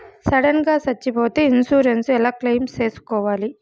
Sudden గా సచ్చిపోతే insurance ఎలా క్లెయిమ్ సేసుకోవాలి?